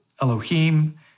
Elohim